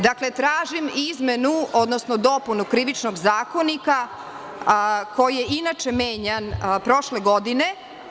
Dakle, tražim izmenu, odnosno dopunu Krivičnog zakonika, koji je inače menjan prošle godine.